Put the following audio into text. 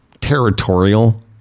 Territorial